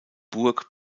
burg